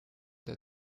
der